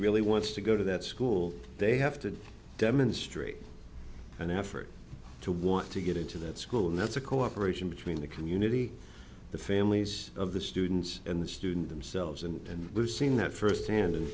really wants to go to that school they have to demonstrate an effort to want to get into that school and that's a cooperation between the community the families of the students and the student themselves and we've seen that firsthand and